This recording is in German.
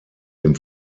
dem